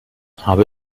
habe